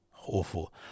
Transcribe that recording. Awful